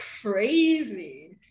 crazy